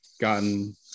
gotten